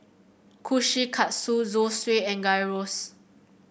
Kushikatsu Zosui and Gyros